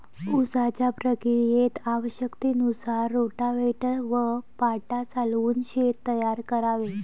उसाच्या प्रक्रियेत आवश्यकतेनुसार रोटाव्हेटर व पाटा चालवून शेत तयार करावे